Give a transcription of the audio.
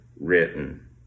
written